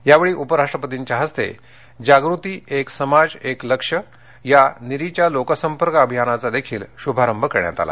यावेळी उपराष्ट्रपतींच्या हस्ते जागृती एक समाज एक लक्ष्य या नीरी च्या लोकसंपर्क अभियानाचाही शुभारंभ झाला